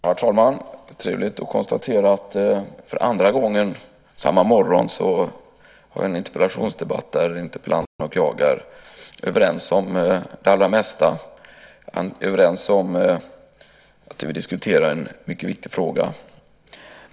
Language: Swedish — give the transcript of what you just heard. Herr talman! Det är trevligt att konstatera att jag för andra gången samma morgon har en interpellationsdebatt där interpellanten och jag är överens om det allra mesta. Vi är överens om att det vi diskuterar är en mycket viktig fråga.